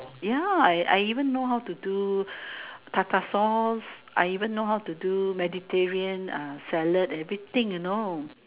ya I I even know how to do Tartar sauce I even know how to do Mediterranean salad everything you know